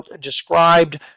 described